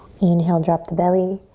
inhale, drop the belly.